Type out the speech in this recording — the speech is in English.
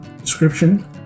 description